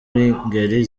ngeri